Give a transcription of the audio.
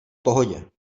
pohodě